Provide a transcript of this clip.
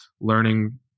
learning